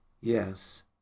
yes